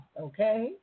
okay